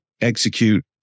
execute